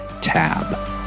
tab